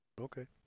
Okay